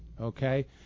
okay